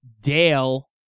Dale